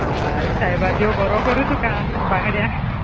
I सायबा देव बरो करूं तुका बांगड्यांक